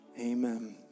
Amen